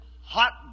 hot